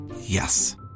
Yes